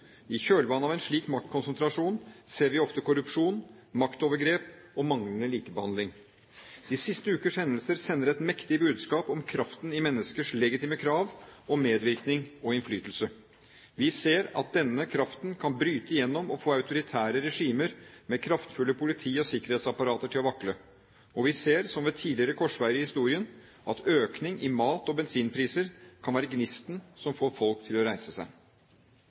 I kjølvannet av en slik maktkonsentrasjon ser vi ofte korrupsjon, maktovergrep og manglende likebehandling. De siste ukers hendelser sender et mektig budskap om kraften i menneskers legitime krav om medvirkning og innflytelse. Vi ser at denne kraften kan bryte igjennom og få autoritære regimer med kraftfulle politi- og sikkerhetsapparater til å vakle. Og vi ser – som ved tidligere korsveier i historien – at økning i mat- og bensinpriser kan være gnisten som får folk til å reise seg.